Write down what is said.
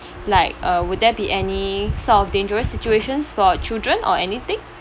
like uh would there be any sort of dangerous situations for children or anything